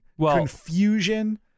confusion